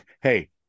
Hey